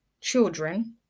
children